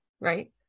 right